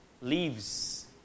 Leaves